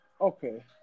Okay